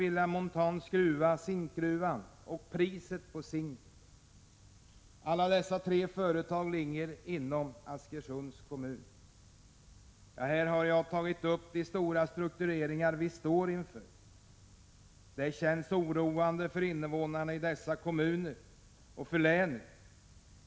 Dessa tre företag ligger i Askersunds kommun. Här har jag tagit upp de stora struktureringar vi står inför. Det känns oroande för invånarna i dessa kommuner och för länet.